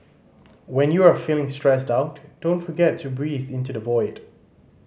when you are feeling stressed out don't forget to breathe into the void